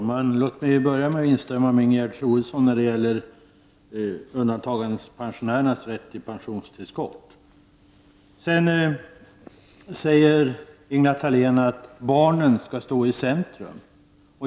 Herr talman! Låt mig börja med att instämma i vad Ingegerd Troedsson säger om undantagandepensionärernas rätt till pensionstillskott. Ingela Thalén säger att barnen skall stå i centrum.